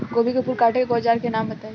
गोभी के फूल काटे के औज़ार के नाम बताई?